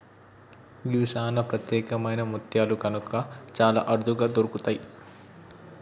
గివి సానా ప్రత్యేకమైన ముత్యాలు కనుక చాలా అరుదుగా దొరుకుతయి